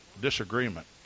disagreement